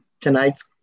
tonight's